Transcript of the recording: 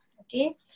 okay